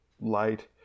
light